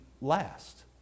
last